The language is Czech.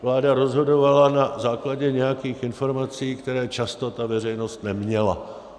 Vláda rozhodovala na základě nějakých informací, které často ta veřejnost neměla.